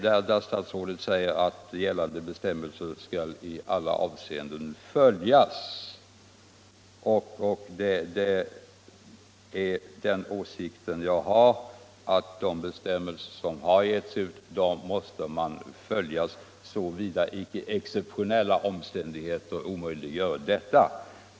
Kommunikationsministern säger att gällande bestämmelser skall i alla avseenden följas, och det är den åsikten jag har. De bestämmelser som har givits ut måste följas, såvida icke exceptionella omständigheter omöjliggör detta.